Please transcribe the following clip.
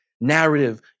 narrative